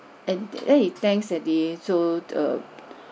and !hey! thanks lady so err